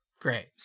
Great